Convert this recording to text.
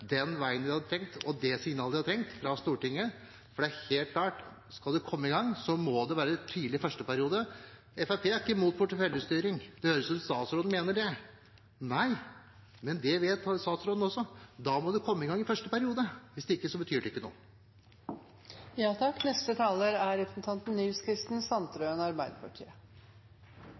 signalet de hadde trengt fra Stortinget, for det er helt klart at skal man komme i gang, må det være tidlig i første periode. Fremskrittspartiet er ikke imot porteføljestyring. Det høres ut som om statsråden mener det. Nei – men statsråden vet også at da må det komme i gang i første periode. Hvis ikke betyr det ikke noe.